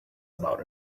about